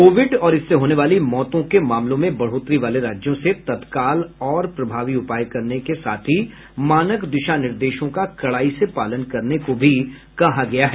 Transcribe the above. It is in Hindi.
कोविड और इससे होने वाली मौतों के मामलों में बढोत्तरी वाले राज्यों से तत्काल और प्रभावी उपाय करने के साथ ही मानक दिशा निर्देशों का कड़ाई से पालन करने को भी कहा गया है